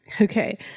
Okay